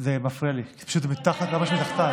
זה מפריע לי, כי פשוט זה ממש מתחתיי.